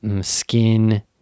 skin